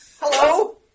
Hello